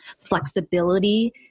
flexibility